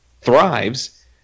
thrives